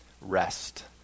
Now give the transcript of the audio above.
rest